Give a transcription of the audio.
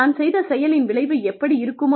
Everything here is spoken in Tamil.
நான் செய்த செயலின் விளைவு எப்படி இருக்குமோ